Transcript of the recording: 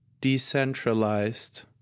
decentralized